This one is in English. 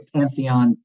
Pantheon